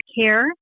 care